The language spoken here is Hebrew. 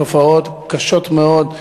תופעות קשות מאוד,